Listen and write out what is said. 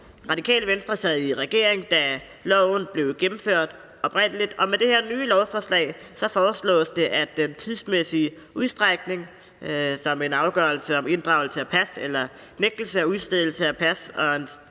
Radikale Venstre sad i regering, da loven blev gennemført oprindelig, og med det her nye lovforslag foreslås det, at den tidsmæssige udstrækning, som en afgørelse om inddragelse af pas eller nægtelse af udstedelse af pas